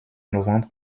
novembre